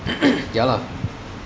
ya lah